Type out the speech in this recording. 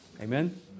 Amen